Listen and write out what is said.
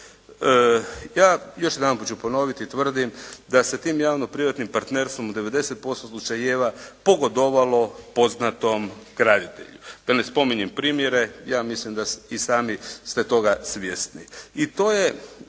Ja još jedanput ću ponoviti tvrdim, da se tim javno privatnim partnerstvom u 90% slučajeva pogodovalo poznatom graditelju. Da ne spominjem primjere, ja mislim da i sami ste toga svjesni.